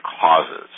causes